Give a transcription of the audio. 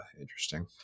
interesting